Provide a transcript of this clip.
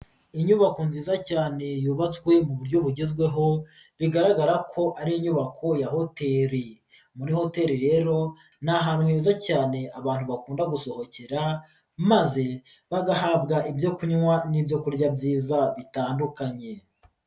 Inyubako nziza cyane yubatswe mu buryo bugezweho bigaragara ko ari inyubako ya hoteli, muri hotel rero ni ahantu heza cyane abantu bakunda gusohokera maze bagahabwa ibyo kunywa n'ibyokurya byiza bitandukanye.